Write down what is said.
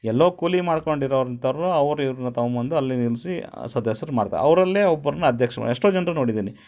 ಎಲ್ಲೋ ಕೂಲಿ ಮಾಡ್ಕೊಂಡು ಇರೋರಂಥವರು ಅವ್ರು ಇವ್ರನ್ನ ತೊಗೊಂಬಂದು ಅಲ್ಲಿ ನಿಲ್ಲಿಸಿ ಸದಸ್ಯರನ್ ಮಾಡ್ತಾ ಅವರಲ್ಲೇ ಒಬ್ಬರನ್ನ ಅಧ್ಯಕ್ಷ್ರು ಎಷ್ಟೋ ಜನ್ರ ನೋಡಿದ್ದೀನಿ